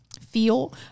feel